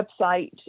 website